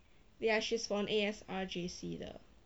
ya she's from A_S_R_J_C 的